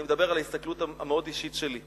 אני מדבר על ההסתכלות המאוד אישית שלי,